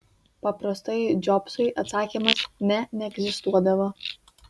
paprastai džobsui atsakymas ne neegzistuodavo